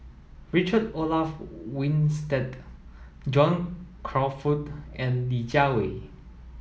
Richard Olaf Winstedt John Crawfurd and Li Jiawei